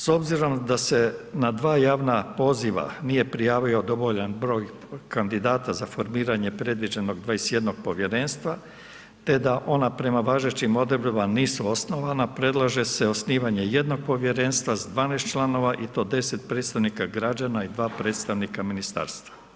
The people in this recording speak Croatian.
S obzirom da se na 2 javna poziva, nije prijavio dovoljan broj kandidata za formiranje predviđenog 21 povjerenstva, te da ona prema važećim odredbama nisu osnovana, predlaže se osnivanje 1 povjerenstva, sa 12 članova i to 10 predstavnika građana i 2 predstavnika Ministarstva.